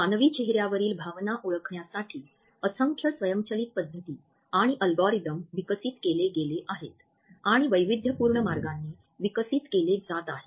मानवी चेहऱ्यावरील भावना ओळखण्यासाठी असंख्य स्वयंचलित पद्धती आणि अल्गोरिदम विकसित केले गेले आहेत आणि वैविध्यपूर्ण मार्गांनी विकसित केले जात आहेत